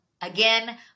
again